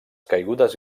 caigudes